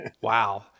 Wow